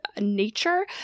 nature